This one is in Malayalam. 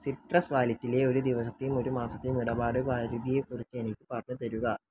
സിട്രസ് വാലറ്റിലെ ഒരു ദിവസത്തെയും ഒരു മാസത്തെയും ഇടപാട് പരിധിയെക്കുറിച്ച് എനിക്ക് പറഞ്ഞു തരുക